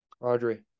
audrey